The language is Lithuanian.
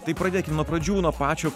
tai pradėkim nuo pradžių nuo pačio